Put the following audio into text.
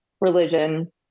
religion